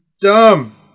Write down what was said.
dumb